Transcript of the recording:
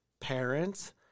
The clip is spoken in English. parents